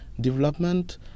Development